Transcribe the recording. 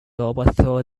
overthrow